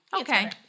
Okay